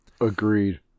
Agreed